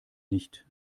nicht